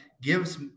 gives